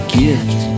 gift